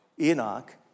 Enoch